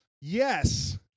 Yes